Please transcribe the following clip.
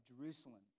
Jerusalem